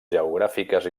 geogràfiques